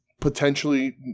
potentially